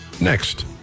next